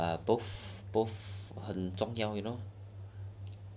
err both both 很重要 you know